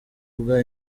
bwa